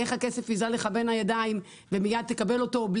איך הכסף ייזל לך בין הידיים ומיד תקבל אותו.